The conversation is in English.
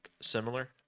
similar